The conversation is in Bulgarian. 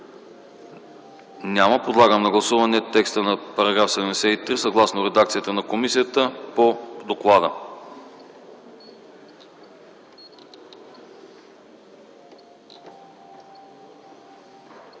няма. Подлагам на гласуване текста на § 73, съгласно редакцията на комисията по доклада.